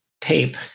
tape